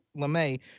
LeMay